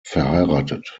verheiratet